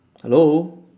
hello